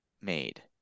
made